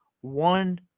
one